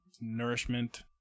nourishment